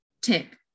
tip